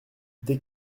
dès